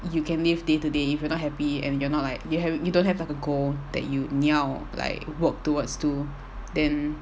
you can live day to day if you're not happy and you're not like yo~ you have you don't have like a goal that you 你要 like work towards to then